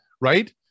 right